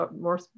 more